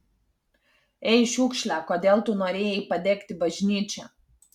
ei šiukšle kodėl tu norėjai padegti bažnyčią